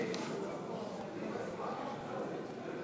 היצע דירות מגורים